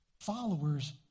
followers